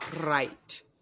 right